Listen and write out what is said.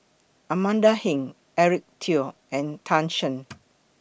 Amanda Heng Eric Teo and Tan Shen